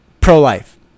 Pro-life